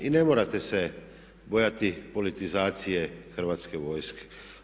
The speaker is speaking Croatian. I ne morate se bojati politizacije Hrvatske vojske.